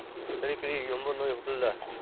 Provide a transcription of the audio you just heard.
ꯀꯔꯤ ꯀꯔꯤ ꯌꯣꯟꯕ꯭ꯔꯥ ꯅꯣꯏ ꯍꯣꯇꯦꯜꯗ